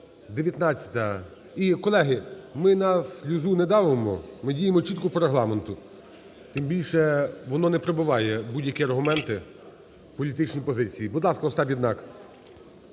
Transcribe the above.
І, колеги, ми на сльозу не давимо. Ми діємо чітко по Регламенту. Тим більше, воно не пробиває, будь-які аргументи, політичні позиції. Будь ласка, Остап Єднак.